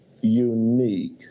unique